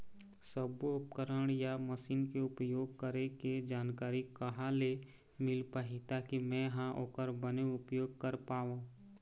सब्बो उपकरण या मशीन के उपयोग करें के जानकारी कहा ले मील पाही ताकि मे हा ओकर बने उपयोग कर पाओ?